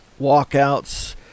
walkouts